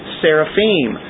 seraphim